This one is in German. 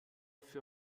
für